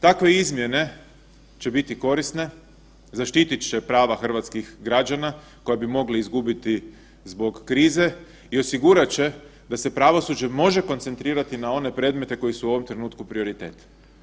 Takve izmjene će biti korisne, zaštitit će prava hrvatskih građana koja bi mogla izgubiti zbog krize i osigurat će da se pravosuđe može koncentrirati na one predmete koji su u ovom trenutku prioritet.